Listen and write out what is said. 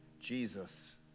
Jesus